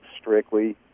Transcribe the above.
strictly